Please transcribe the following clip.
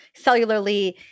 cellularly